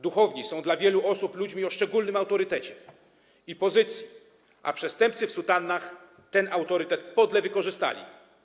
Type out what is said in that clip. Duchowni są dla wielu osób ludźmi o szczególnym autorytecie i szczególnej pozycji, a przestępcy w sutannach ten autorytet podle wykorzystali.